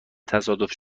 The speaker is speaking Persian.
تصادف